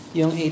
yung